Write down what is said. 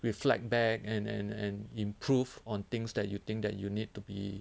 reflect back and and and improve on things that you think that you need to be